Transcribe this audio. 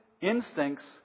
instincts